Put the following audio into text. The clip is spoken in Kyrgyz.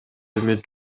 үмүт